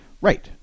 Right